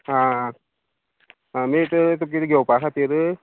आं न्ही तुका कितें घेवपा खातीर